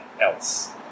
else